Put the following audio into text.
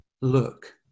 Look